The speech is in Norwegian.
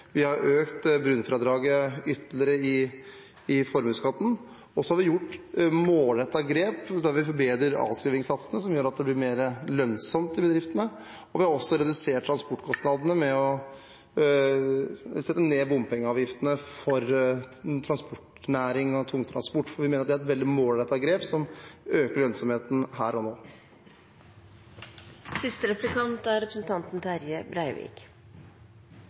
Vi har økt bunnfradraget ytterligere i formuesskatten, og vi har gjort målrettede grep der vi forbedrer avskrivningssatsene, som gjør at det blir mer lønnsomt i bedriftene. Vi har også redusert transportkostnadene ved å sette ned bompengeavgiftene for transportnæringen og tungtransport. Det mener vi er et veldig målrettet grep som øker lønnsomheten her og nå.